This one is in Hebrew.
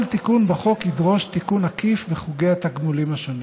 כל תיקון בחוק ידרוש תיקון עקיף בחוקי התגמולים השונים.